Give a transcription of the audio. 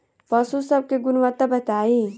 पशु सब के गुणवत्ता बताई?